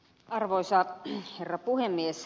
arvoisa herra puhemies